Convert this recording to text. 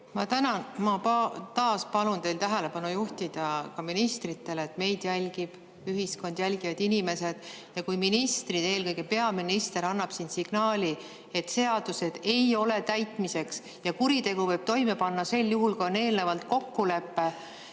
Ma tänan! Ma taas palun teil ka ministrite tähelepanu juhtida sellele, et meid jälgib ühiskond, jälgivad inimesed. Ja kui ministrid, eelkõige peaminister, annab siin signaali, et seadused ei ole täitmiseks ja kuritegu võib toime panna sel juhul, kui on eelnevalt kokkulepe,